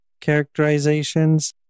characterizations